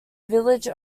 village